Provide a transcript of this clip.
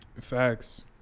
Facts